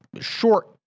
short